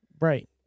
right